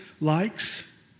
likes